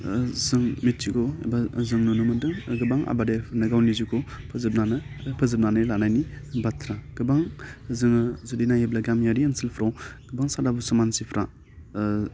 जों मिथिगौ आरो जों नुनो मोनदों गोबां आबादारिफ्रानो गावनि जिउखौ फोजोबलाङो फोजोबनानै लानायनि बाथ्रा गोबां जोङो जुदि नायोब्ला गामियारि ओनलसोलफ्राव गोबां सादा बुसा मानसिफ्रा